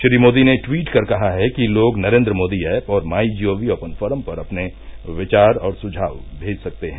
श्री मोदी ने ट्वीट कर कहा है कि लोग नरेन्द्र मोदी ऐप और my G O V open forum पर अपने विचार और सुझाव भेज सकते हैं